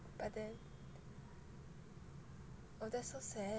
but then oh that's so sad